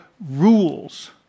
rules